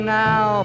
now